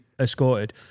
escorted